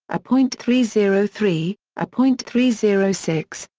a point three zero three, a point three zero six,